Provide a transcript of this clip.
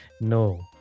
no